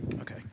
okay